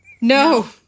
No